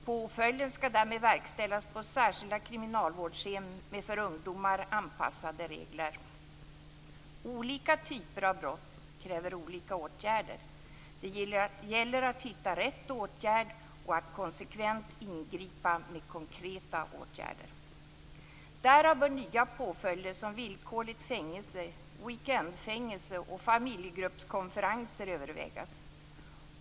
Påföljden skall därmed verkställas på särskilda kriminalvårdshem med för ungdomar anpassade regler. Olika typer av brott kräver olika åtgärder. Det gäller att hitta rätt åtgärd och att konsekvent ingripa med konkreta åtgärder. Därav bör nya påföljder som villkorligt fängelse, weekendfängelse och familjegruppskonferenser övervägas.